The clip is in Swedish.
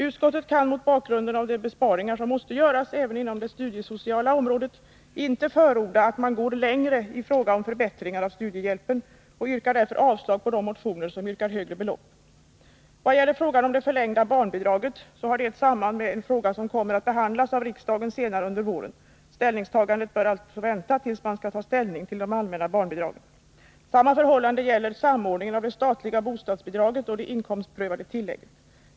Utskottet kan mot bakgrunden av de besparingar som måste göras även inom det studiesociala området inte förorda att man går längre i fråga om förbättringar av studiehjälpen och yrkar därför avslag på de motioner där man hemställer om högre belopp. Frågan om det förlängda barnbidraget har ett samband med en fråga som kommer att behandlas av riksdagen senare under våren. Ställningstagandet bör alltså vänta tills man skall ta ställning till de allmänna barnbidragen. Detsamma gäller samordningen av det statliga bostadsbidraget och det inkomstprövade tillägget.